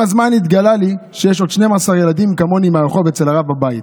עם הזמן התגלה לי שיש עוד 12 ילדים מהרחוב אצל הרב בבית.